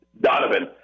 Donovan